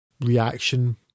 Reaction